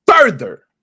further